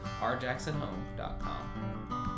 rjacksonhome.com